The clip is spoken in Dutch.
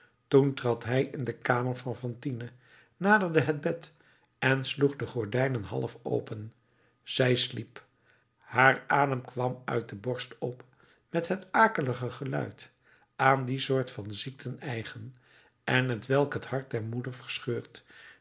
toen trad hij in de kamer van fantine naderde het bed en sloeg de gordijnen half open zij sliep haar adem kwam uit de borst op met het akelig geluid aan die soort van ziekten eigen en t welk het hart der moeder verscheurt